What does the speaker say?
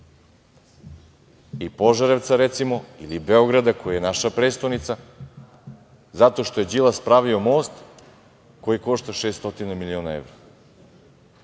i Požarevca, recimo, ili Beograda, koji je naša prestonica, zato što je Đilas pravio most koji košta 600 miliona evra.